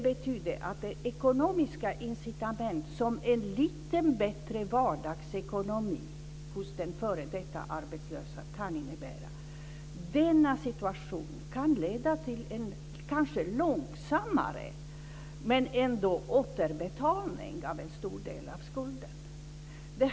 Det ekonomiska incitament som en lite bättre vardagsekonomi för den f.d. arbetslöse kan innebära kan kanske leda till en visserligen långsammare men ändå återbetalning av en stor del av skulden.